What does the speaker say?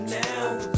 now